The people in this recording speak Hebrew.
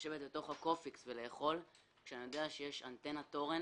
לשבת בתוך ה"קופיקס" ולאכול כשאני יודע שיש אנטנת תורן